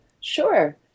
Sure